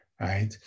right